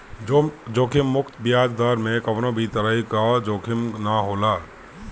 जोखिम मुक्त बियाज दर में कवनो भी तरही कअ जोखिम ना होला